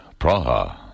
Praha